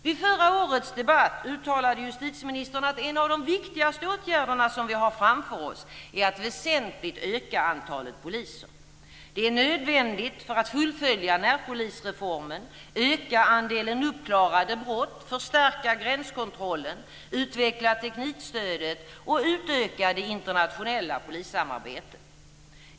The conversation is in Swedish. Vid förra årets debatt uttalade justitieministern att en av de viktigaste åtgärder som vi har framför oss är att väsentligt öka antalet poliser. Det är nödvändigt för att fullfölja närpolisreformen, öka andelen uppklarade brott, förstärka gränskontrollen, utveckla teknikstödet och utöka det internationella polissamarbetet.